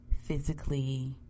physically